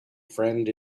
friend